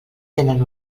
tenen